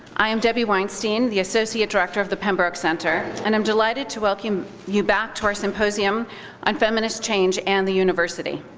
i'm debbie weinstein, the associate director of the pembroke center, and i'm delighted to welcome you back to our symposium on feminist change and the university.